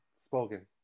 Spoken